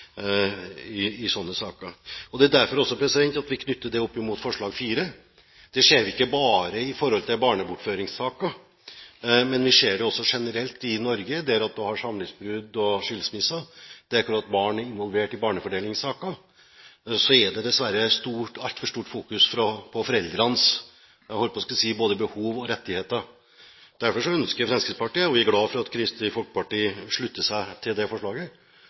Det er derfor vi knytter det opp mot forslag nr. 4. Det skjer ikke bare i barnebortføringssaker, men vi ser også generelt i Norge at ved samlivsbrudd og skilsmisser, der barn er involvert i barnefordelingssaker, er det dessverre altfor stort fokus på foreldrenes både behov og rettigheter. Derfor ønsker Fremskrittspartiet, og vi er glad for at Kristelig Folkeparti slutter seg til forslaget, at man får en automatisk oppnevning av bistandsadvokat som er knyttet til barnets rettigheter og i mindre grad opp mot de voksnes rettigheter og behov i denne typen saker. Heldigvis er det